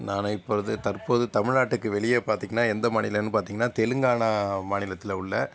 நான் இப்பொழுது தற்போது தமிழ்நாட்டுக்கு வெளியே பார்த்தீங்கனா எந்த மாநிலம்னு பார்த்தீங்கனா தெலுங்கானா மாநிலத்தில் உள்ள